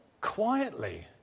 quietly